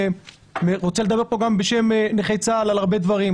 אני רוצה לדבר פה גם בשם נכי צה"ל על הרבה דברים,